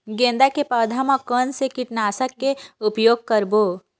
गेंदा के पौधा म कोन से कीटनाशक के उपयोग करबो?